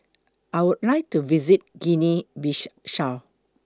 I Would like to visit Guinea Bissau